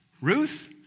Ruth